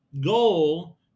Goal